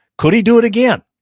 could he do it again?